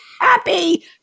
happy